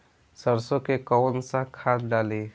सरसो में कवन सा खाद डाली?